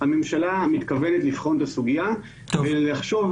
הממשלה מתכוונת לבחון את הסוגיה ולחשוב.